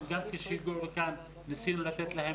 כשהגיעו לכאן אנחנו ניסינו לתת להם